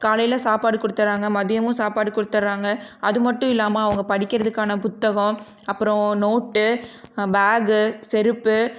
காலையில் சாப்பாடு கொடுத்துட்றாங்க மதியமும் சாப்பாடு கொடுத்துட்றாங்க அதுமட்டும் இல்லாமல் அவங்க படிக்கிறதுக்கான புத்தகம் அப்புறம் நோட்டு பேக்கு செருப்பு